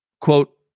quote